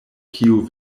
kiu